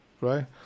right